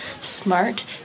smart